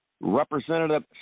Representative